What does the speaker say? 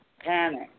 panic